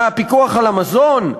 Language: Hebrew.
מהפיקוח על המזון?